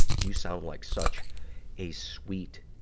you sound like such a sweet,